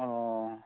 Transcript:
ꯑꯣ